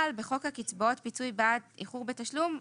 אבל בחוק הקצבאות (פיצוי בעד איחור בתשלום)